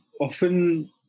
often